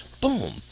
Boom